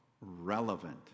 relevant